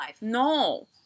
no